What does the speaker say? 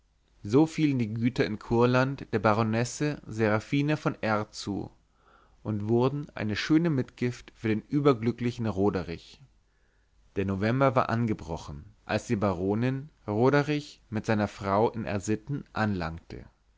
so fielen die güter in kurland der baronesse seraphine von r zu und wurden eine schöne mitgift für den überglücklichen roderich der november war angebrochen als die baronin roderich mit seiner braut in r sitten anlangte